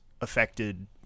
affected